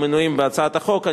המנויים בהצעת החוק.